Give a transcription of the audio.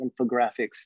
infographics